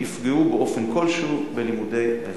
יפגעו באופן כלשהו בלימודי האזרחות.